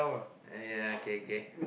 !aiya! okay okay